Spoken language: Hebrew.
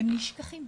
הם נשכחים.